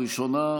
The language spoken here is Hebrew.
הפגנות.